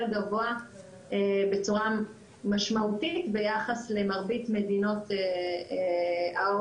גבוה בצורה משמעותית ביחס למרבית מדינות ה-OECD.